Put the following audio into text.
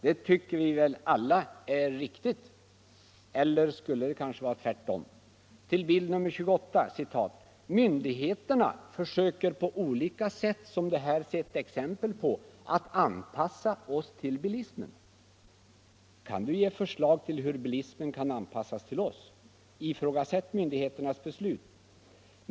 Det tycker vi väl alla är riktigt? Eller skulle det kanske vara tvärtom?” Till bild 28: ”Myndigheterna försöker på olika sätt, som du här sett exempel på, att anpassa oss till bilismen. Kan du ge förslag till hur bilismen kan anpassas till oss?” ”Ifrågasätt myndigheternas beslut!